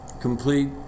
complete